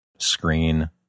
Screen